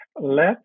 let